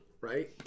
right